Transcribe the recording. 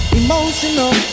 emotional